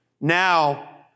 Now